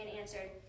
answered